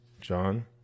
John